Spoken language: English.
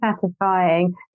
satisfying